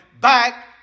back